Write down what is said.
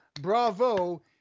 Bravo